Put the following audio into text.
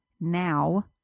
now